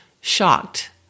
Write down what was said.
shocked